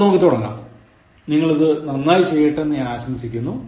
അപ്പോൾ നമുക്കു തുടങ്ങാം നിങ്ങൾ ഇത് നന്നായി ചെയ്യട്ടെ എന്ന് ഞാൻ ആശംസിക്കുന്നു